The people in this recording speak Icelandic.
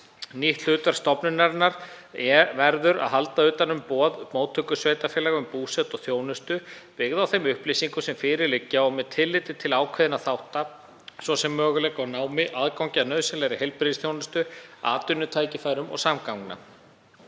Nýtt hlutverk stofnunarinnar verður að halda utan um boð móttökusveitarfélaga um búsetu og þjónustu, byggða á þeim upplýsingum sem fyrir liggja og með tilliti til ákveðinna þátta, svo sem möguleika á námi og aðgangi að nauðsynlegri heilbrigðisþjónustu, atvinnutækifærum og samgöngum.